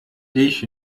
dich